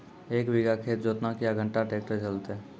एक बीघा खेत जोतना क्या घंटा ट्रैक्टर चलते?